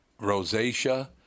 rosacea